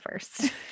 first